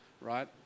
right